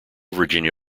virginia